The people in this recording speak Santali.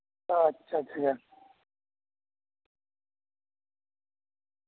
ᱟᱪᱪᱷᱟ ᱟᱪᱪᱷᱟ ᱟᱪᱪᱷᱟ